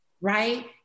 right